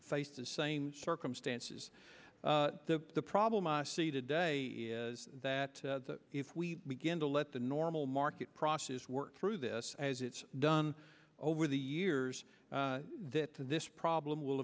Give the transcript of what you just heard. face the same circumstances the problem i see today is that if we begin to let the normal market process work through this as it's done over the years that this problem will